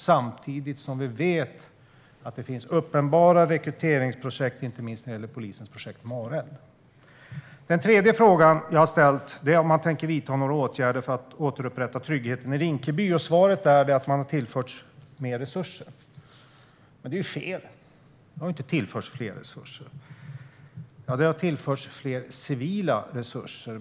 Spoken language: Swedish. Samtidigt vet vi att det finns uppenbara rekryteringsprojekt, inte minst när det gäller polisens projekt Mareld. Den tredje frågan var om han tänker vidta några åtgärder för att återupprätta tryggheten i Rinkeby. Svaret är att man har tillförts mer resurser. Men det är fel. Man har inte tillförts mer resurser. Ja, det har tillförts fler civila resurser.